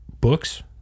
Books